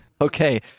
Okay